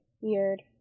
Weird